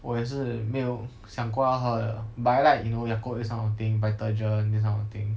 我也是没有想过要喝的 but I like you know Yakult this kind of thing Vitagen this kind of thing